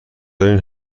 دارین